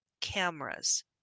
cameras